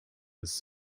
his